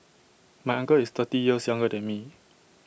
my uncle is thirty years younger than me